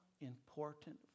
important